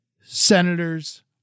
senators